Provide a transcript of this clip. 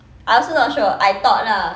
I also not sure I thought lah